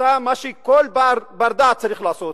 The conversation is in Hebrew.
עשתה כל מה שבר-דעת צריך לעשות,